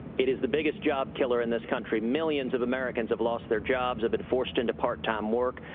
it is the biggest job-killer in this country. millions of americans have lost their jobs, have been forced into part-time work,